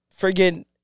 Friggin